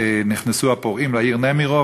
כי בכ' בסיוון נכנסו הפורעים לעיר נמירוב